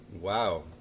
Wow